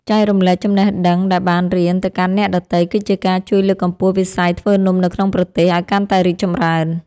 ចែករំលែកចំណេះដឹងដែលបានរៀនទៅកាន់អ្នកដទៃ គឺជាការជួយលើកកម្ពស់វិស័យធ្វើនំនៅក្នុងប្រទេសឱ្យកាន់តែរីកចម្រើន។